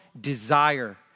desire